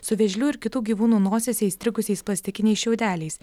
su vėžlių ir kitų gyvūnų nosyse įstrigusiais plastikiniais šiaudeliais